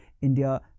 India